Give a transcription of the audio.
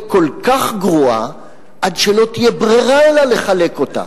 כל כך גרועה עד שלא תהיה ברירה אלא לחלק אותה.